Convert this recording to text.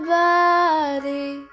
body